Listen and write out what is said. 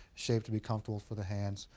shaped to be comfortable for the hands,